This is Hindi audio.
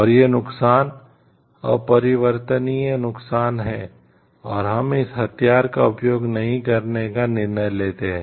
और ये नुकसान अपरिवर्तनीय नुकसान हैं और हम इस हथियार का उपयोग नहीं करने का निर्णय लेते हैं